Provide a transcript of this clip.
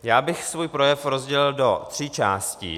Já bych svůj projev rozdělil do tří částí.